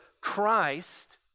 Christ